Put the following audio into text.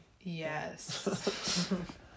Yes